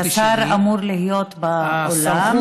והשר אמור להיות באולם.